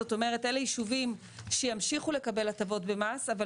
זאת אומרת אלה ישובים שימשיכו לקבל הטבות במס אבל